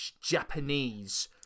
Japanese